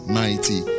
mighty